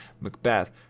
Macbeth